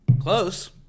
Close